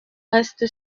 reste